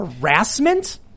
harassment